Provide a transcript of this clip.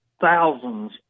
thousands